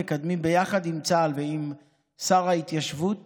מקדם ביחד עם צה"ל ועם שר ההתיישבות